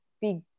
big